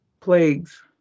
Plagues